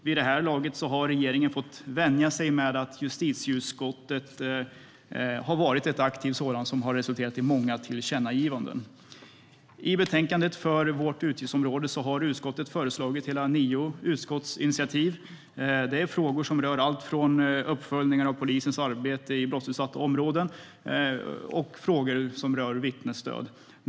Vid det här laget har regeringen fått vänja sig vid att justitieutskottet har varit aktivt, vilket har resulterat i många tillkännagivanden. I betänkandet för vårt utgiftsområde har utskottet föreslagit hela nio utskottsinitiativ. Det gäller frågor om allt från uppföljningar av polisens arbete i brottsutsatta områden till vittnesstöd.